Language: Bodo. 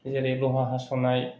जेरै लहा हासनाय